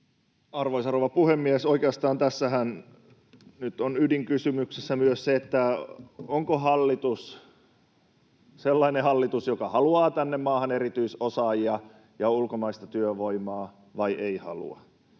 Arvoisa rouva puhemies! Oikeastaan tässähän nyt on ydinkysymys se, onko hallitus sellainen hallitus, joka haluaa tänne maahan erityisosaajia ja ulkomaista työvoimaa vai ei halua.